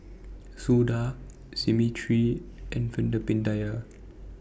Suda Smriti and Veerapandiya